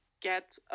get